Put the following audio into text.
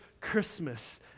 Christmas